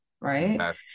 right